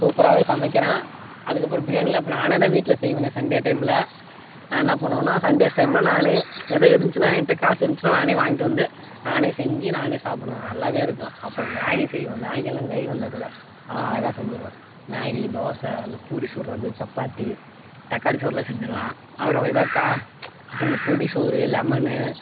சூப்பரா சமைக்கிறேன் அதுக்கப்புறம் பிரியாணிலாம் இப்போ நானேதான் வீட்டில் செய்வேனே சன்டே டைமில் நான் என்ன பண்ணுவேன்னா சன்டேஸ் டைமில் நான் எதுவும் இருந்துச்சுனா என்ட்ட காசு இருந்துச்சுனா நானே வாங்கிட்டு வந்து நானே செஞ்சு நானே சாப்பிடுவேன் நல்லா இருக்கும் அப்புறம் மேகி செய்வேன் மேகிலாம் கை வந்த கலை அதல்லாம் அழகாக செஞ்சிடுவேன் மேகி தோசை அந்த பூரி சுடுறது சப்பாத்தி தக்காளி சோறுலாம் செஞ்சிடலாம் அப்புறம் ஏதாவது அப்புறம் இந்த பொடி சோறு லெமனு